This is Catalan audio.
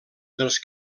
dels